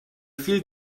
viel